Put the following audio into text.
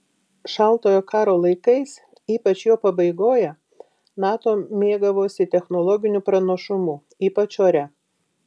šaltojo karo laikais ypač jo pabaigoje nato mėgavosi technologiniu pranašumu ypač ore